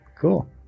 Cool